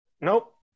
Nope